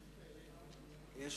אחרון הדוברים.